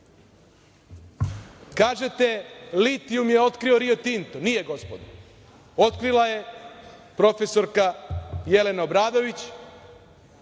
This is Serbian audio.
smešno. Kažete, litijum je otkrio Rio Tinto. Nije gospodo, otkrila je profesorka Jelena Obradović,